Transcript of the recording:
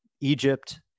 Egypt